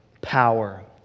power